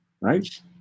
right